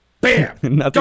Bam